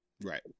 Right